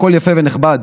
הכול יפה ונחמד,